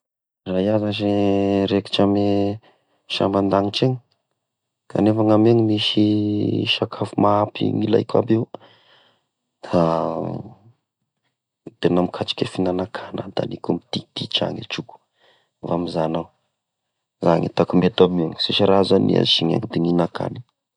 Raha iahy zashy raikitra amy sambon-danitry igny, kanefa amin'igny misy sakafo mahampy ny ilaiko aby io, da tegna mikatrika fihinana-kagny aho, da nagniko diditra agny troko, amizany iaho zany tiako mety amy igny, sisy raha azo nigniha de raha mihina-kany.